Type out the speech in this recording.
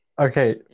Okay